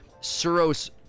Suros